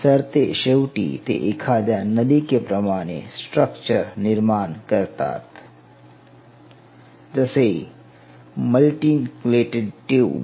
सरतेशेवटी ते एखाद्या नलिके प्रमाणे स्ट्रक्चर निर्माण करतात जसे मल्टीनक्लेटेड ट्यूब